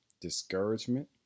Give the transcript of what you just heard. discouragement